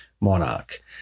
monarch